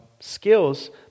skills